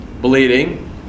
Bleeding